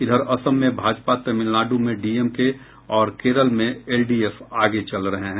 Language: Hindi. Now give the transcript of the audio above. इधर असम में भाजपा तमिलनाडु में डीएमके और केरल में एलडीएफ आगे चल रहे हैं